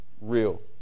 real